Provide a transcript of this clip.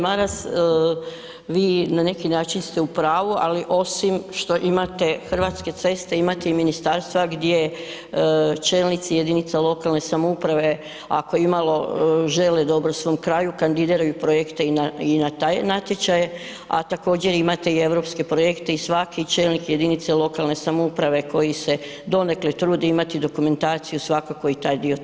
Maras, vi na neki način ste u pravu, ali osim što imate Hrvatske ceste, imate i ministarstva gdje čelnici jedinica lokalne samouprave ako imalo žele dobro svom kraju, kandidiraju projekte i na, i na taj natječaje, a također imate i europske projekte i svaki čelnik jedinice lokalne samouprave koji se donekle trudi imati dokumentaciju, svakako i taj dio treba koristiti.